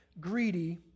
greedy